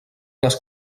les